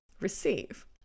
receive